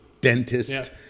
dentist